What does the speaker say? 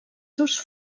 seus